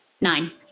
nine